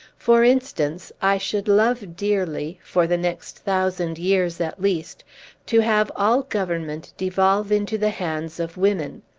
for instance, i should love dearly for the next thousand years, at least to have all government devolve into the hands of women.